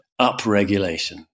upregulation